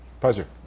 Pleasure